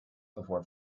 before